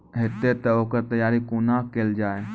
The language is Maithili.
हेतै तअ ओकर तैयारी कुना केल जाय?